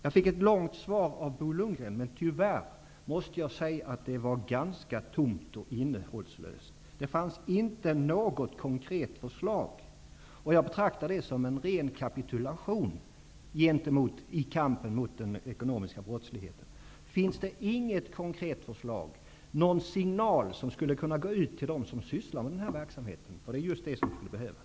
Jag fick ett långt svar av Bo Lundgren. Tyvärr måste jag säga att det var ganska tomt och innehållslöst. Det fanns inte något konkret förslag. Jag betraktar det som en ren kapitulation i kampen mot den ekonomiska brottsligheten. Finns det inget konkret förslag, någon signal som skulle kunna gå ut till dem som sysslar med den här verksamheten? Det är just vad som behövs.